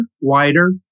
wider